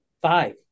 five